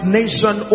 nation